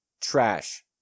Trash